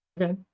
Okay